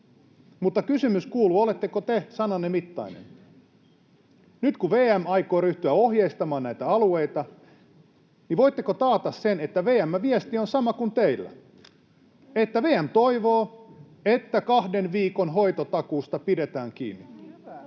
mutta kysymys kuuluu: oletteko te sananne mittainen? Nyt kun VM aikoo ryhtyä ohjeistamaan alueita, niin voitteko taata sen, että VM:n viesti on sama kuin teillä, että VM toivoo, että kahden viikon hoitotakuusta pidetään kiinni?